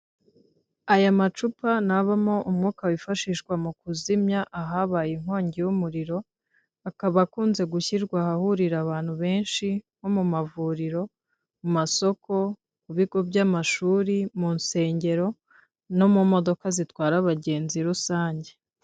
Aya macupa ni avamo umwuka wifashishwa mu kuzimya ahabaye inkongi y'umuriro, akaba akunze gushyirwa ahahurira abantu benshi, nko mu mavuriro, mu masoko, ku bigo by'amashuri, mu nsengero, no mu modoka zitwara abagenzi rusange.